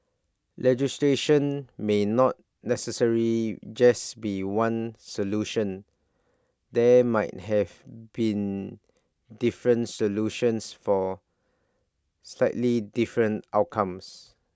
legislation may not necessary just be one solution there might have been different solutions for slightly different outcomes